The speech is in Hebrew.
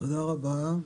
תודה רבה,